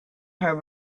her